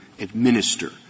administer